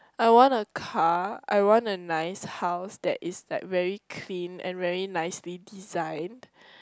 I want a car I want a nice house that is like very clean and very nicely designed